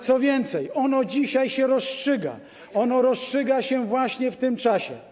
Co więcej, ono dzisiaj się rozstrzyga, ono rozstrzyga się właśnie w tym czasie.